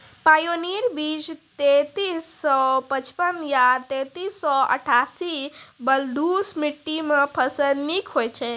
Pioneer बीज तेंतीस सौ पचपन या तेंतीस सौ अट्ठासी बलधुस मिट्टी मे फसल निक होई छै?